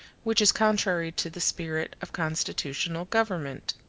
which is contrary to the spirit of constitutional government.